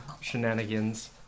shenanigans